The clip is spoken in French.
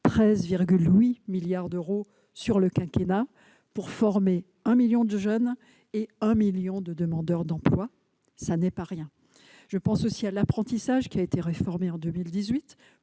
13,8 milliards d'euros sur le quinquennat pour former 1 million de jeunes et 1 million de demandeurs d'emploi, ce n'est pas rien ! Je pense aussi à l'apprentissage, qui a été réformé en 2018,